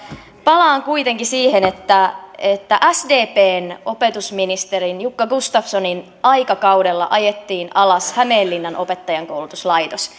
palaan kuitenkin siihen että että sdpn opetusministerin jukka gustafssonin aikakaudella ajettiin alas hämeenlinnan opettajankoulutuslaitos